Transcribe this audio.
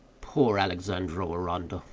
poor alexandro aranda!